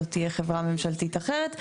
זו תהיה חברה ממשלתית אחרת.